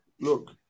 look